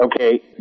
Okay